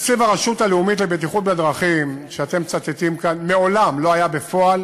תקציב הרשות הלאומית לבטיחות בדרכים שאתם מצטטים כאן מעולם לא היה בפועל